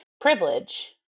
privilege